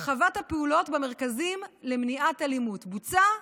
הרחבת הפעולות במרכזים למניעת אלימות, בוצע?